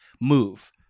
move